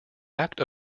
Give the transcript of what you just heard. act